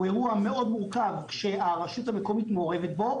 מאוד מורכב והרשות המקומית מעורבת בו,